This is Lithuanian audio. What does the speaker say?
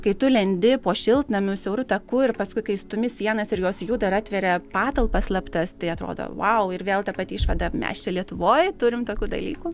kai tu lendi po šiltnamiu siauru taku ir paskui kai stumi sienas ir jos juda ir atveria patalpas slaptas tai atrodo vau ir vėl ta pati išvada mes čia lietuvoj turim tokių dalykų